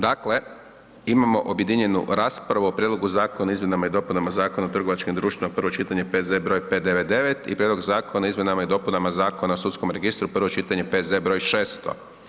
Dakle, imamo objedinjenu raspravu o Prijedlogu Zakona o izmjenama i dopunama Zakona o trgovačkim društvima, prvo čitanje P.Z.E. broj 55 i Prijedlog Zakona o izmjenama i dopunama Zakona o sudskom registru, prvo čitanje, P.Z. broj 600.